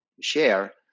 share